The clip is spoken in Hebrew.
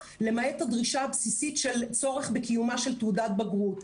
למעט הדרישה הבסיסית של הצורך בקיומה של תעודת בגרות.